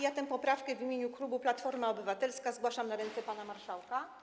Ja tę poprawkę w imieniu klubu Platforma Obywatelska składam na ręce pana marszałka.